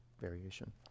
variation